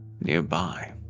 nearby